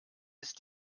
ist